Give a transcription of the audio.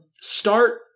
start